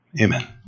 Amen